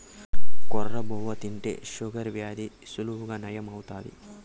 కొర్ర బువ్వ తింటే షుగర్ వ్యాధి సులువుగా నయం అవుతాది